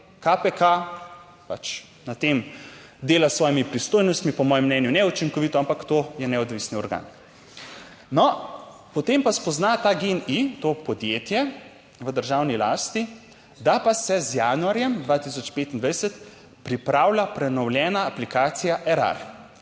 pač na tem dela s svojimi pristojnostmi, po mojem mnenju, neučinkovito, ampak to je neodvisni organ. No, potem pa spozna ta gen i, to podjetje v državni lasti, da pa se z januarjem 2025 pripravlja prenovljena aplikacija Erar,